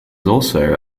also